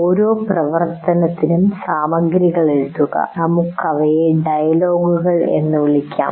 ഓരോ പ്രവർത്തനത്തിനും സാമഗ്രികൾ എഴുതുക അവയെ നമുക്ക് ഡയലോഗുകൾ എന്ന് വിളിക്കാം